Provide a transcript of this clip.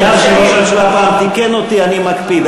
מאז שראש הממשלה פעם תיקן אותי אני מקפיד,